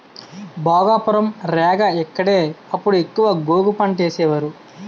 భోగాపురం, రేగ ఇక్కడే అప్పుడు ఎక్కువ గోగు పంటేసేవారు